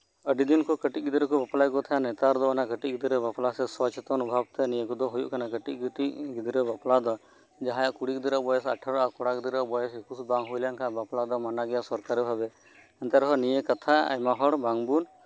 ᱟᱹᱰᱤ ᱫᱤᱱ ᱠᱚ ᱠᱟᱹᱴᱤᱡ ᱜᱤᱫᱽᱨᱟᱹ ᱠᱚ ᱵᱟᱯᱞᱟᱭᱮᱫ ᱠᱚ ᱛᱟᱦᱮᱸᱫ ᱱᱮᱛᱟᱨ ᱫᱚ ᱚᱱᱟ ᱠᱟᱹᱴᱤᱡ ᱜᱤᱫᱽᱨᱟᱹ ᱵᱟᱯᱞᱟ ᱥᱮ ᱥᱚᱪᱮᱛᱚᱱ ᱚᱵᱷᱟᱵᱽᱛᱮ ᱱᱤᱭᱟᱹ ᱠᱚᱫᱚ ᱦᱳᱭᱳᱜ ᱠᱟᱱᱟ ᱠᱟᱹᱴᱤᱡ ᱠᱟᱹᱴᱤᱡ ᱜᱤᱫᱽᱨᱟᱹ ᱵᱟᱯᱞᱟ ᱫᱚ ᱡᱟᱦᱟᱸᱭ ᱟᱜ ᱠᱩᱲᱤ ᱜᱤᱫᱽᱨᱟᱹ ᱵᱚᱭᱮᱥ ᱟᱴᱷᱮᱨᱚ ᱟᱨ ᱠᱚᱲᱟ ᱜᱤᱫᱽᱨᱟᱹ ᱮᱠᱩᱥ ᱵᱟᱝ ᱦᱳᱭ ᱞᱮᱱᱠᱷᱟᱱ ᱵᱟᱯᱞᱟ ᱫᱚ ᱢᱟᱱᱟ ᱜᱮᱭᱟ ᱥᱚᱨᱠᱟᱨᱤ ᱵᱷᱟᱵᱮ ᱮᱱᱛᱮ ᱨᱮᱦᱚᱸ ᱱᱤᱭᱟᱹ ᱠᱟᱛᱷᱟ ᱟᱭᱢᱟ ᱦᱚᱲ ᱵᱟᱝᱵᱚᱱ